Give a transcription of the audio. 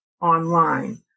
online